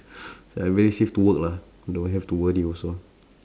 so like very safe to work lah don't have to worry also